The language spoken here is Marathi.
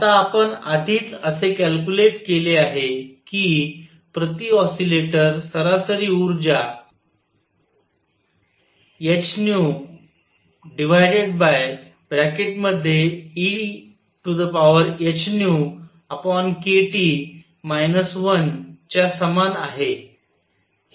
आता आपण आधीच असे कॅल्क्युलेट केले आहे कि प्रति ऑसिलेटर सरासरी ऊर्जा hehνkT 1च्या समान आहे